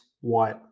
White